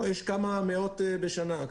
יש כמה מאות בשנה.